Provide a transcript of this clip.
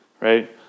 right